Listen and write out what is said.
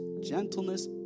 gentleness